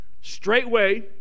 straightway